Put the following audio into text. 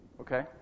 Okay